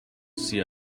see